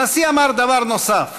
הנשיא אמר דבר נוסף: